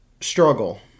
struggle